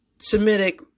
Semitic